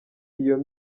iyo